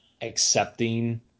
accepting